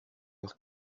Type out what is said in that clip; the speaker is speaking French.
leurs